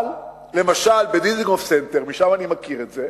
אבל למשל ב"דיזנגוף סנטר", משם אני מכיר את זה,